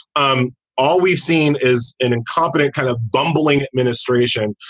um all we've seen is an incompetent, kind of bumbling administration